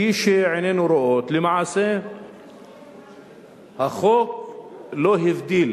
כפי שעינינו רואות, למעשה החוק לא הבדיל